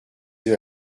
œufs